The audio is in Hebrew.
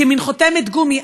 כמין חותמת גומי.